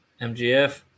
MGF